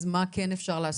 אז מה כן אפשרי?